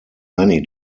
many